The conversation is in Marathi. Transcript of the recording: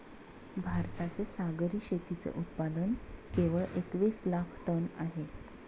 भारताचे सागरी शेतीचे उत्पादन केवळ एकवीस लाख टन आहे